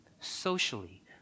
socially